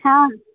हँ